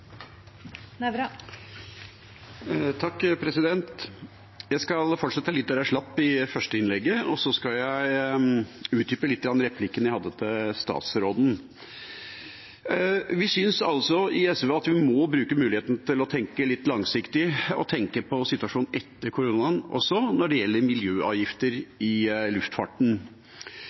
Jeg skal fortsette litt der jeg slapp i det første innlegget, og så skal jeg utdype lite grann replikken jeg hadde til statsråden. Vi i SV synes vi må bruke muligheten til å tenke litt langsiktig og tenke på situasjonen etter koronaen også når det gjelder miljøavgifter i luftfarten.